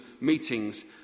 meetings